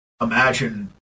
imagine